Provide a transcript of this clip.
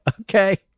Okay